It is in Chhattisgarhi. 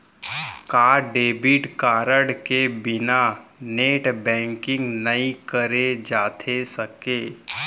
का डेबिट कारड के बिना नेट बैंकिंग नई करे जाथे सके?